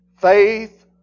Faith